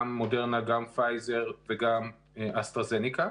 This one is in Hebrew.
גם "מודרנה", גם "פייזר", וגם "אסטרהזניקה".